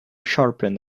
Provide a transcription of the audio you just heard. sharpened